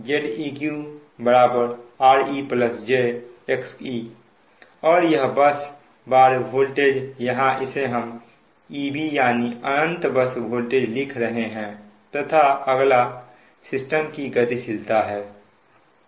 Zeq re j xe और यह bus bar voltage यहां इसे हम EB यानी अनंत बस वोल्टेज लिख रहे हैं तथा अगला सिस्टम की गतिशीलता है